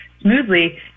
smoothly